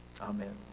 Amen